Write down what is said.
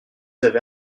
avez